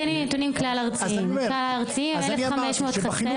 להלן תרגומם: תן לי נתונים כלל ארציים.) אמרתי שבחינוך